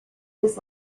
his